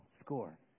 score